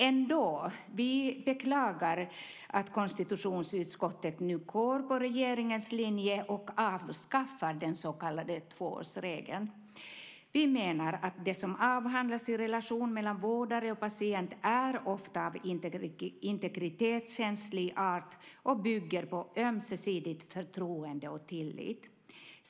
Ändå beklagar vi att konstitutionsutskottet nu går på regeringens linje och avskaffar den så kallade tvåårsregeln. Vi menar att det som avhandlas i relation mellan vårdare och patient ofta är av integritetskänslig art och bygger på ömsesidigt förtroende och tillit.